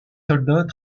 soldats